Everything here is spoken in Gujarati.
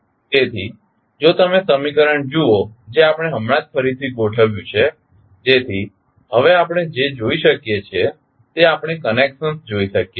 તેથી જો તમે સમીકરણ જુઓ જે આપણે હમણાં જ ફરીથી ગોઠવ્યું છે જેથી હવે આપણે જે જોઈ શકીએ છીએ તે આપણે કનેક્શંસ જોઈ શકીએ છે